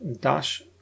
dash